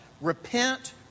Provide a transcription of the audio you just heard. Repent